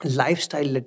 lifestyle